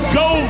go